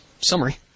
summary